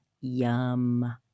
yum